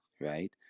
right